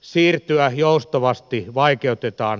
siirtyä joustavasti eläkkeelle vaikeutetaan